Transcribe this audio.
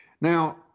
Now